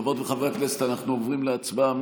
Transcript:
חברות וחברי הכנסת, אנחנו עוברים להצבעה.